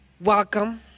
Welcome